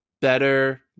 better